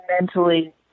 mentally